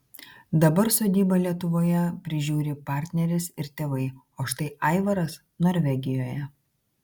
dabar sodybą lietuvoje prižiūri partneris ir tėvai o štai aivaras norvegijoje